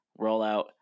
rollout